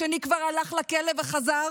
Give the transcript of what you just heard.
השני כבר הלך לכלא וחזר,